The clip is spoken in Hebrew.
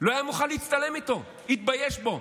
לא היה מוכן להצטלם איתו, התבייש בו.